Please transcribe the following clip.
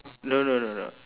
no no no no